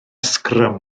sgrym